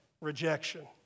rejection